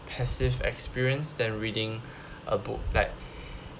passive experience than reading a book like